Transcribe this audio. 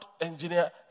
engineer